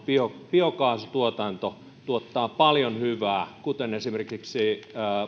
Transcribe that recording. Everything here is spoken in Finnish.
biokaasutuotanto tuottaa paljon hyvää kuten esimerkiksi